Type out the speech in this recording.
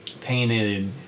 painted